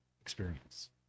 experience